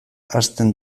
hasten